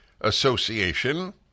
Association